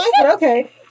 okay